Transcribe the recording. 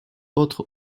autres